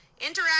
interact